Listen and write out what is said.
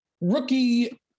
Rookie